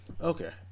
okay